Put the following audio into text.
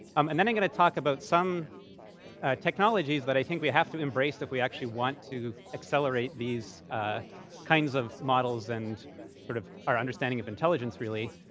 um and then i'm going to talk about some technologies that i think we have to embrace if we actually want to accelerate these kinds of models and sort of our understanding of intelligence, really,